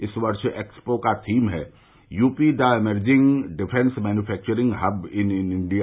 इस वर्ष एक्सपो का थीम है UP the emerging defence manufacturing hub in India